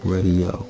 Radio